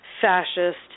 fascist